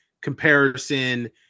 comparison